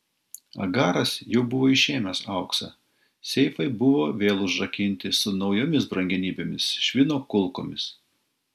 agaras jau buvo išėmęs auksą seifai buvo vėl užrakinti su naujomis brangenybėmis švino kulkomis